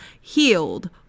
healed